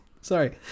Sorry